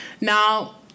now